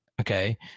Okay